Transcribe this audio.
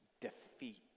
defeat